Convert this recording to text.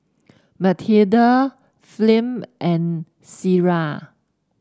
Mathilda Flem and Cierra